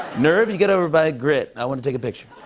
nerve, you get over by grit. i want to take a picture.